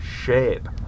shape